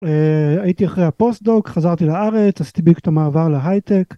הייתי אחרי הפוסט דוק חזרתי לארץ עשיתי בדיוק את המעבר להייטק.